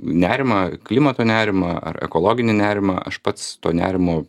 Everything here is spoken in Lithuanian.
nerimą klimato nerimą ar ekologinį nerimą aš pats to nerimo